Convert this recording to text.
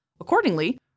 Accordingly